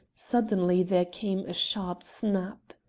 suddenly there came a sharp snap.